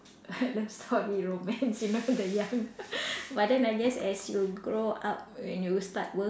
love story romance you know the young but then I guess as you grow up when you start work